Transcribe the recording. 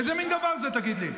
איזה מין דבר זה, תגיד לי?